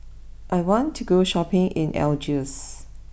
I want to go Shopping in Algiers